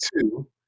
Two